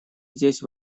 здесь